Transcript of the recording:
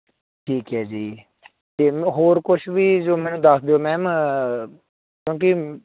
ਠੀਕ ਹੈ ਜੀ ਅਤੇ ਮ ਹੋਰ ਕੁਛ ਵੀ ਜੋ ਮੈਨੂੰ ਦੱਸ ਦਿਓ ਮੈਮ ਕਿਉਂਕਿ